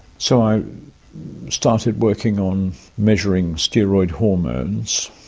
so i started working on measuring steroid hormones,